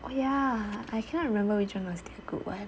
oh ya I cannot remember was damn good but